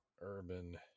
Urban